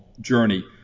journey